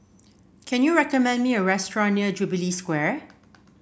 can you recommend me a restaurant near Jubilee Square